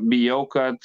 bijau kad